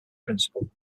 principle